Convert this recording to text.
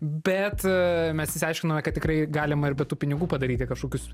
bet mes išsiaiškinome kad tikrai galima ir be tų pinigų padaryti kažkokius